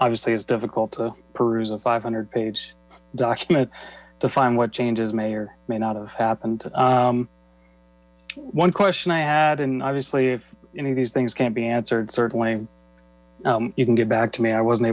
obviously it's difficult to peruse a five hundred page document to find what changes may may not have happened one question i had and obviously if any of these things can't be answered certainly you can get back to me i wasn't